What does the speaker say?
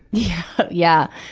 yeah, yeah.